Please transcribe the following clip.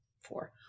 four